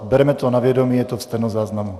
Bereme to na vědomí, je to ve stenozáznamu.